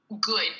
good